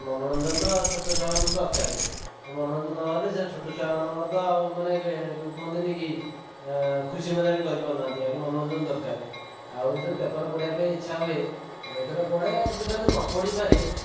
ମନୋରଞ୍ଜନ ତ ଛୋଟ ଛୁଆମାନଙ୍କୁ ତ ଦରକାର ଆଉ ମନୋରଞ୍ଜନ ନ ହେଲେ ସେ ଛୋଟ ଛୁଆମାନଙ୍କର ତ ମାନେ ଯେଉଁ ଏ ଯେଉଁ କହନ୍ତିନି କି ଖୁସି ମଜା ବି କରିପାରୁନାହାନ୍ତି ଆଗେ ମନୋରଞ୍ଜନ ଦରକାର ଆଉ ଯେତେବେଳେ ପେପର ପଢ଼ିବା ପାଇଁ ଇଚ୍ଛା ହୁଏ ଥରେ ଦୁଇ ଥର ପଢ଼େ ଆଉ ଯେତେଥର ଯଦି ନ ପଢ଼ିପାରେ